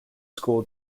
school